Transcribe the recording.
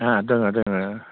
दोङो दोङो